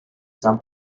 san